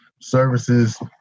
services